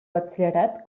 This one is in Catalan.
batxillerat